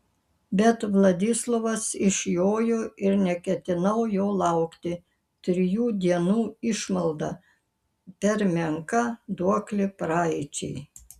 bet vladislovas išjojo ir neketinau jo laukti trijų dienų išmalda per menka duoklė praeičiai